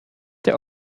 der